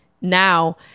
now